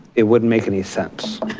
it wouldn't make any sense.